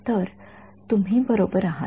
तर तुम्ही बरोबर आहात